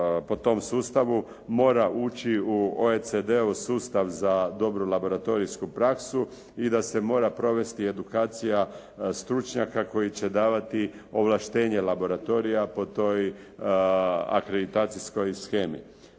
po tom sustavu mora ući u OECD-ov sustav za dobru laboratorijsku praksu i da se mora provesti edukacija stručnjaka koji će davati ovlaštenje laboratorija po toj akreditacijskoj shemi.